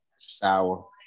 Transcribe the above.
shower